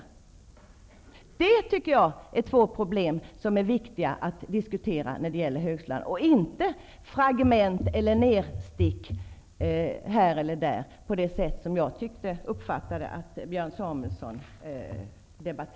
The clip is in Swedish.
Det är enligt min mening två problem som är viktiga att diskutera när det gäller högskolan, och inte fragment eller nerstick här eller där på det sätt som jag uppfattade att